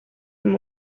him